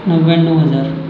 नव्याण्णव हजार